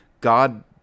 God